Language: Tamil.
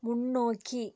முன்னோக்கி